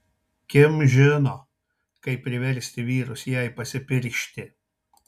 kim žino kaip priversti vyrus jai pasipiršti